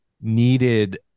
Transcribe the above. needed